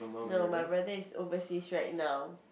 no my brother is overseas right now